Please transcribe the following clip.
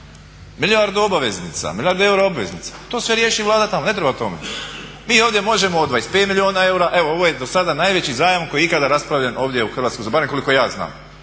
milijardu obveznica, milijardu eura obveznica to sve riješi Vlada tamo, ne treba o tome. Mi ovdje možemo o 25 milijuna eura. Evo ovo je do sada najveći zajam koji je ikada raspravljen ovdje u Hrvatskom saboru, barem koliko ja znam.